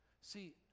See